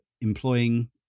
employing